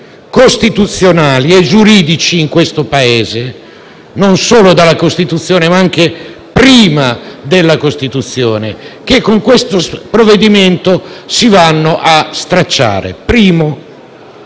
costituzionali e giuridici in questo Paese, non solo nella Costituzione, ma anche prima della Costituzione, che con questo provvedimento si vanno a stracciare. In primo